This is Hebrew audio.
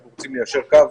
אנחנו רוצים ליישר קו